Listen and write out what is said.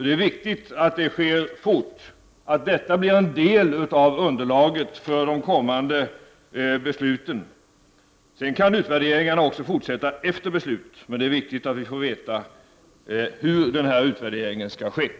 Det är viktigt att den sker fort och blir en del av underlaget för de kommande besluten. Utvärderingen kan sedan fortsätta även efter besluten, men det är viktigt att vi får veta hur utvärderingen skall gå till.